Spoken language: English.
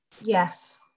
Yes